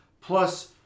plus